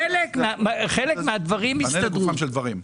חלק מהדברים הסתדרו.